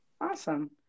Awesome